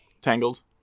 Tangled